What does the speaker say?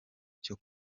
cyo